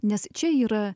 nes čia yra